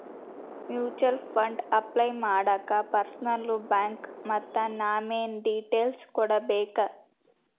mutual fund apply ಮಾಡಾಕ ಪರ್ಸನಲ್ಲೂ bank ಮತ್ತ ನಾಮಿನೇ ಡೇಟೇಲ್ಸ್ ಕೋಡ್ಬೇಕ್